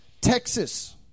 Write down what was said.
Texas